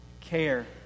care